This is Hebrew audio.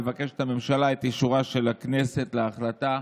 מבקשת הממשלה את אישורה של הכנסת להחלטה.